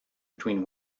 between